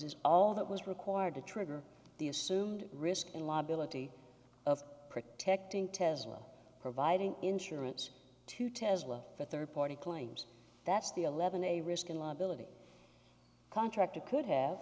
is all that was required to trigger the assumed risk in law ability of protecting tesla providing insurance to tesla for third party claims that's the eleven a risk and liability contractor could have